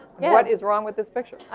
what is wrong with this picture?